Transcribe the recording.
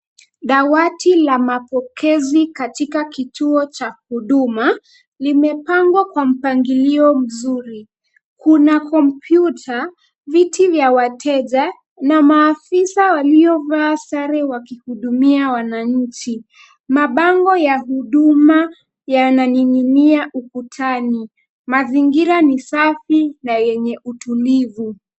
Dawati la mapokezi katika kituo cha huduma, limepangwa kwa mpangilio mzuri kuna kompyuta, viti vya wateja na maafisa waliovaa sare wakihudumia wananchi . Mabango ya huduma yananing'inia ukutani. Mazingira ni safi na yenye utulivu.